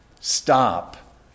Stop